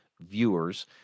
viewers